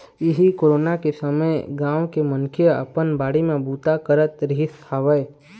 इहीं कोरोना के समे गाँव के मनखे ह अपन बाड़ी म बूता करत रिहिस हवय